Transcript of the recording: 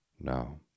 No